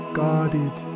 guarded